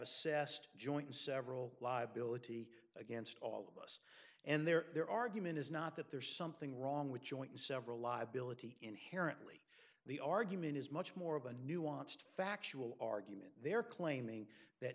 assessed joint and several liability against all of us and there their argument is not that there's something wrong with joint and several liability inherently the argument is much more of a nuanced factual argument they're claiming that